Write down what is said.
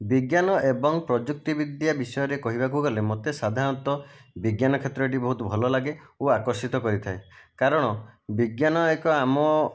ବିଜ୍ଞାନ ଏବଂ ପ୍ରଯୁକ୍ତି ବିଦ୍ୟା ବିଷୟରେ କହିବାକୁ ଗଲେ ମୋତେ ସାଧାରଣତଃ ବିଜ୍ଞାନ କ୍ଷେତ୍ରଟି ବହୁତ ଭଲ ଲାଗେ ଓ ଆକର୍ଷିତ କରିଥାଏ କାରଣ ବିଜ୍ଞାନ ଏକ ଆମ